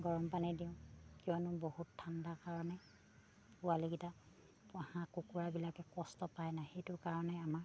গৰম পানী দিওঁ কিয়নো বহুত ঠাণ্ডা কাৰণে পোৱালিকেইটা হাঁহ কুকুৰাবিলাকে কষ্ট পায় নাই সেইটো কাৰণে আমাৰ